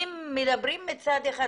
מדברים מצד אחד,